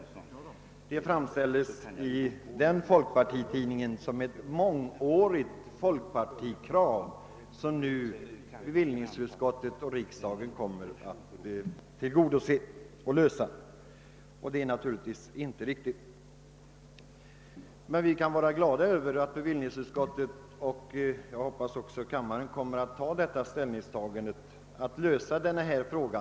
Detta framställdes i tidningen som ett mångårigt folkpartikrav som bevillningsutskottet och riksdagen nu kommer att tillgodose. Det är naturligtvis inte riktigt. Vi kan vara glada över bevillningsutskottets ställningstagande, och jag hop pas att riksdagen kommer att bifalla förslaget och därmed lösa denna fråga.